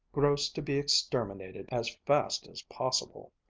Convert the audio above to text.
growths to be exterminated as fast as possible.